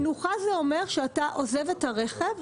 מנוחה זה אומר שאתה עוזב את הרכב,